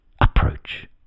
Approach